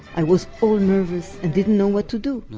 i was all nervous and didn't know what to do.